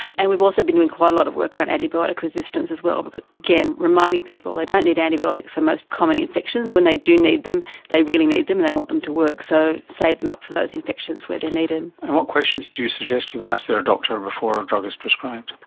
and we've also been doing quite a lot of work around antibiotic resistance as well. again, reminding people they don't need antibiotics for most common infections. when they do need them, they really need them and they want them to work so save them up for those infections when they're and needed. and what questions do you suggest people ask their doctor before a drug is prescribed?